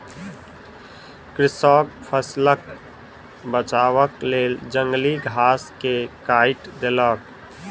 कृषक फसिलक बचावक लेल जंगली घास के काइट देलक